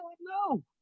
no